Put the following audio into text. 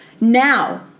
Now